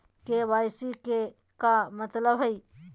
KYC के का मतलब हई?